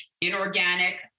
inorganic